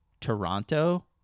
Toronto